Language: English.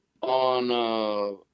on